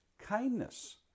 kindness